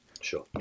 sure